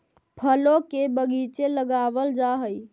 फलों के बगीचे लगावल जा हई